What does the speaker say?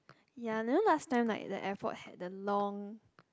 yea you know last time like the airport had the long